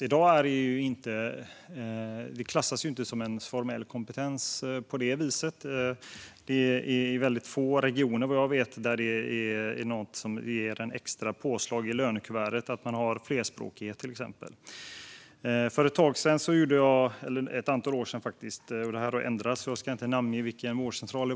I dag klassas inte det som en formell kompetens. Det är, vad jag vet, i väldigt få regioner som flerspråkighet ger ett extra påslag i lönekuvertet. För ett antal år sedan gjorde jag ett besök på en vårdcentral. Det här har ändrats, så jag ska inte namnge den.